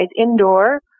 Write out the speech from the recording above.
indoor